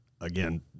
again